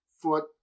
foot